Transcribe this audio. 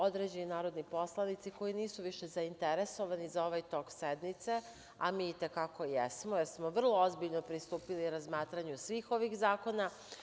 Određeni narodni poslanici nisu više zainteresovani za ovaj tok sednice, a mi i te kako je smo jer smo vrlo ozbiljno pristupili razmatranju svih ovih zakona.